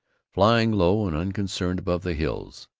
flying low and unconcerned above the hills,